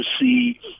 see